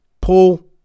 Paul